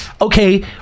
okay